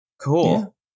Cool